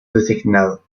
designado